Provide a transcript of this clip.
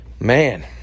man